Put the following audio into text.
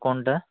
କ'ଣଟା